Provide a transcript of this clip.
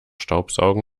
staubsaugen